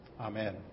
Amen